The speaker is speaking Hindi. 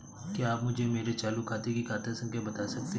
क्या आप मुझे मेरे चालू खाते की खाता संख्या बता सकते हैं?